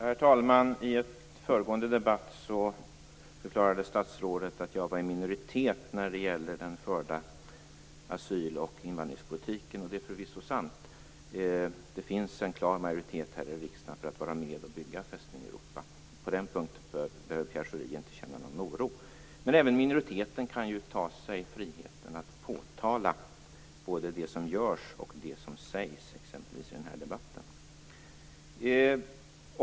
Herr talman! I en föregående debatt förklarade statsrådet att jag var i minoritet när det gäller den förda asyl och invandringspolitiken. Det är förvisso sant. Det finns en klar majoritet här i riksdagen för att vara med och bygga Fästning Europa. På den punkten behöver Pierre Schori inte känna någon oro. Men även minoriteten kan ju ta sig friheten att påtala både det som görs och det som sägs, t.ex. i den här debatten.